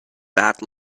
bad